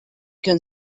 can